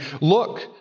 look